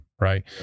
Right